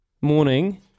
morning